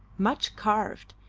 much carved,